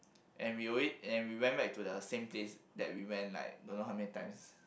and we alway~ and we went back to the same place that we went like don't know how many times